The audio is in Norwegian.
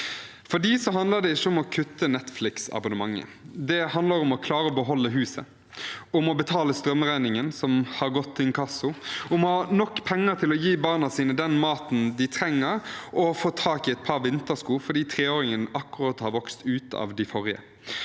For dem handler det ikke om å kutte Netflix-abonnementet. Det handler om å klare å beholde huset, om å betale strømregningen som har gått til inkasso, om å ha nok penger til å gi barna sine den maten de trenger, og å få tak i et par vintersko fordi treåringen akkurat har vokst ut av de forrige.